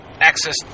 access